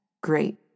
Great